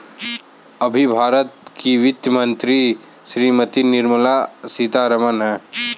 अभी भारत की वित्त मंत्री श्रीमती निर्मला सीथारमन हैं